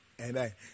amen